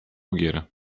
ogiera